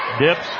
Dips